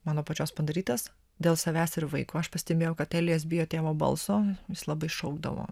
mano pačios padarytas dėl savęs ir vaiko aš pastebėjau kad elijas bijo tėvo balso jis labai šaukdavo